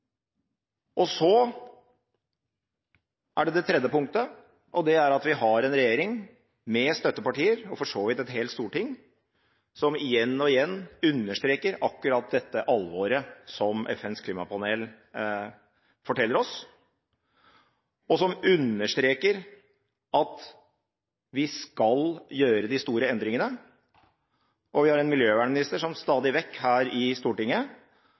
Det tredje punktet er at vi har en regjering med støttepartier, og for så vidt et helt storting, som igjen og igjen understreker akkurat dette alvoret som FNs klimapanel forteller oss, og som understreker at vi skal gjøre de store endringene. Vi har en miljøvernminister som stadig vekk her i Stortinget